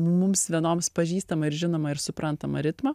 mums vienoms pažįstamą ir žinomą ir suprantamą ritmą